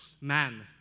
man